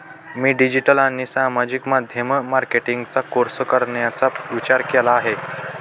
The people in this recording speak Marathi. मी डिजिटल आणि सामाजिक माध्यम मार्केटिंगचा कोर्स करण्याचा विचार केला आहे